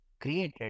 created